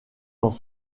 dans